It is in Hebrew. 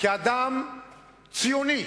כאדם ציוני,